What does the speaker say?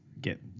get